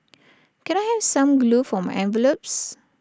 can I have some glue for my envelopes